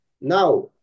Now